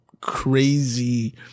crazy –